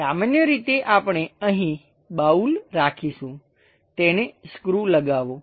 સામાન્ય રીતે આપણે અહીં બાઉલ રાખીશું તેને સ્ક્રૂ લગાવો